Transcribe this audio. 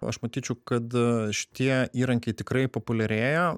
aš matyčiau kad šitie įrankiai tikrai populiarėja